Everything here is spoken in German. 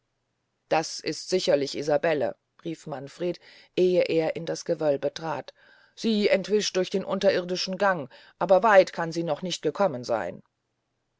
das ist sicherlich isabelle rief manfred ehe er in das gewölbe trat sie entwischt durch den unterirrdischen gang aber weit kann sie noch nicht gekommen seyn